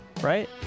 right